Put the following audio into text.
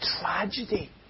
tragedy